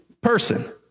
person